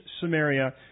Samaria